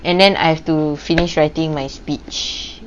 and then I have to finish writing my speech